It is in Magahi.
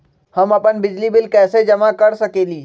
हम अपन बिजली बिल कैसे जमा कर सकेली?